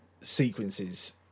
sequences